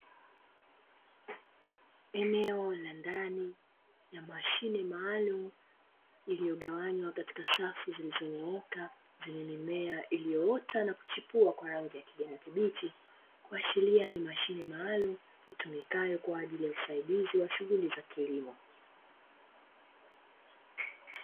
Eneo la ndani ya mashine maalumu, lililogawanywa katika safu zilizonyooka zenye mimea iliyoota na kuchipua kwa rangi ya kijani kibichi, ikiashiria ni mashine maalumu, itumikayo kwa ajili ya usaidizi wa shughuli za kilimo.